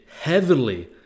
heavily